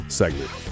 segment